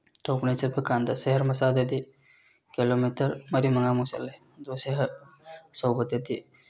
ꯇꯧꯅꯕ ꯆꯠꯄ ꯀꯥꯟꯗ ꯁꯍꯔ ꯃꯆꯥꯗꯗꯤ ꯀꯤꯂꯣꯃꯤꯇꯔ ꯃꯔꯤ ꯃꯉꯥꯃꯨꯛ ꯆꯠꯂꯦ ꯑꯗꯣ ꯁꯍꯔ ꯑꯆꯧꯕꯗꯗꯤ